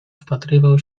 wpatrywał